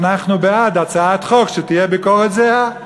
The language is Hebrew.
אנחנו בעד הצעת חוק שתהיה ביקורת זהה.